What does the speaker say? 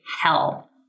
hell